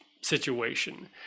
situation